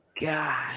god